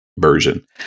Version